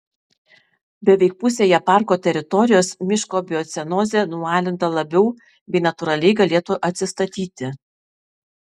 beveik pusėje parko teritorijos miško biocenozė nualinta labiau bei natūraliai galėtų atsistatyti